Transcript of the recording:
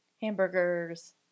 hamburgers